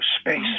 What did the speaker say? space